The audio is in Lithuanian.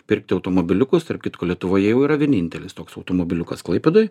pirkti automobiliukus tarp kitko lietuvoje jau yra vienintelis toks automobiliukas klaipėdoj